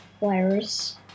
virus